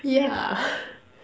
yeah